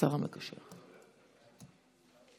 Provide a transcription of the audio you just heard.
השר המקשר אנחנו נעבור